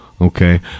okay